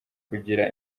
kugira